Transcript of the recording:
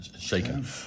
shaken